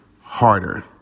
Harder